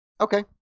okay